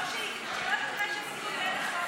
מוכנה בשבוע האחרון שיש הצבעות,